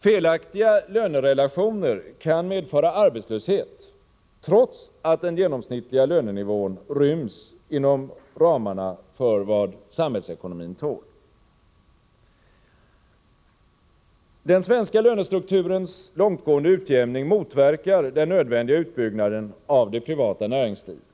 Felaktiga lönerelationer kan medföra arbetslöshet, trots att den genomsnittliga lönenivån ryms inom ramarna för vad samhällsekonomin tål. Den svenska lönestrukturens långtgående utjämning motverkar den nödvändiga utbyggnaden av det privata näringslivet.